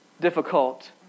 difficult